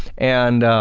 and